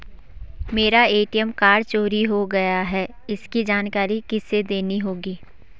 मेरा ATM card चोरी हो गया है इसकी जानकारी किसे देनी होगी?